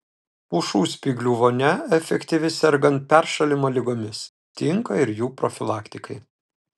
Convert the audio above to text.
pušų spyglių vonia efektyvi sergant peršalimo ligomis tinka ir jų profilaktikai